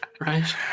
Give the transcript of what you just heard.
right